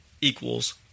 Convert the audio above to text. equals